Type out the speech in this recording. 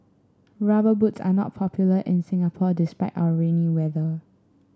rubber boots are not popular in Singapore despite our rainy weather